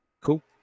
Cool